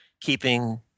keeping